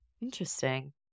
interesting